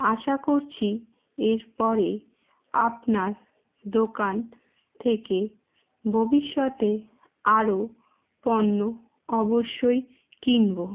আশা করছি এরপরে আপনার দোকান থেকে ভবিষ্যতে আরও পণ্য অবশ্যই কিনব